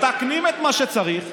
מתקנים את מה שצריך,